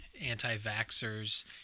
anti-vaxxers